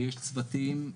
ויש צוותים,